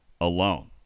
alone